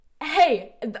Hey